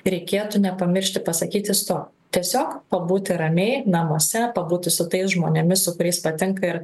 reikėtų nepamiršti pasakyti stop tiesiog pabūti ramiai namuose pabūti su tais žmonėmis su kuriais patinka ir